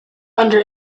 under